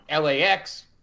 LAX